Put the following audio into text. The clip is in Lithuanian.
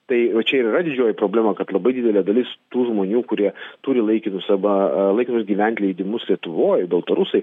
tai va čia ir yra didžioji problema kad labai didelė dalis tų žmonių kurie turi laikinus arba laikinus gyventi leidimus lietuvoj baltarusai